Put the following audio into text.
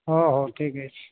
ହ ହଉ ଠିକ୍ ଅଛି